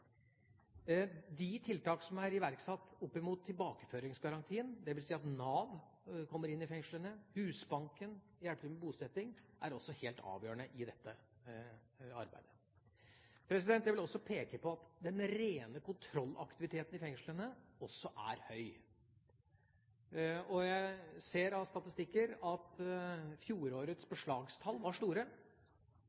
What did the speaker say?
De tiltak som er iverksatt i forbindelse med tilbakeføringsgarantien, dvs. at Nav kommer inn i fengslene, og at Husbanken hjelper til med bosetting, er også helt avgjørende i dette arbeidet. Jeg vil også peke på at den rene kontrollaktiviteten i fengslene også er høy. Jeg ser av statistikker at fjorårets